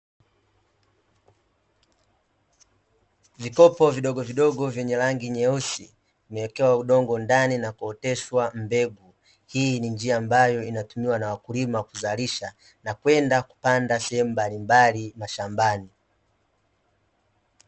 Vikopo vidogovidogo vyenye rangi nyeusi, vimewekewa udongo ndani na kuoteshwa mbegu, hii ni njia ambayo inayotumiwa na wakulima kuzalisha na kwenda kupanda sehemu mbalimbali mashambani.